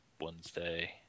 Wednesday